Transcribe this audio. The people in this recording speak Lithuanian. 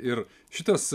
ir šitas